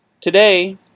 Today